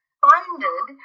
funded